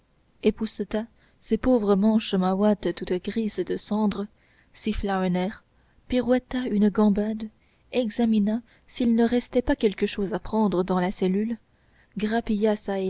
épousseta ses pauvres manches mahoîtres toutes grises de cendre siffla un air pirouetta une gambade examina s'il ne restait pas quelque chose à prendre dans la cellule grapilla